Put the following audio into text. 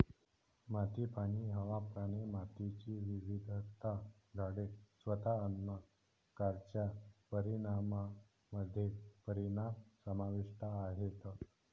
माती, पाणी, हवा, प्राणी, मातीची विविधता, झाडे, स्वतः अन्न कारच्या परिणामामध्ये परिणाम समाविष्ट आहेत